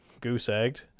goose-egged